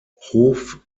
hof